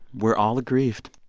we're all aggrieved.